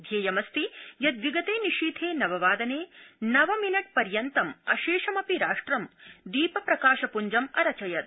ध्येयमस्ति यत् विगते निशीथे नववादने नव मिनट् पर्यन्तं अशेषमिप राष्ट्रं दीप प्रकाश प्ञ्जं अरचयत्